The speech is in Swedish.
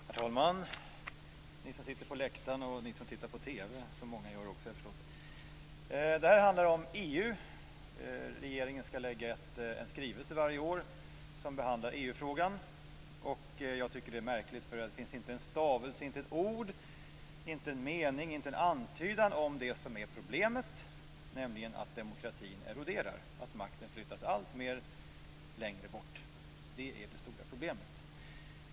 Herr talman och alla ni som sitter på läktaren och ni som tittar på TV! Den här debatten handlar om EU. Regeringen skall lägga fram en skrivelse varje år som behandlar EU-frågan. Jag tycker att det är märkligt att det inte finns en stavelse, inte ett ord, inte en mening, inte en antydan om det som är problemet, nämligen att demokratin eroderar. Makten flyttas allt längre bort. Det är det stora problemet.